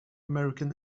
american